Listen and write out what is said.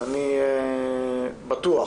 אני בטוח